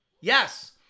Yes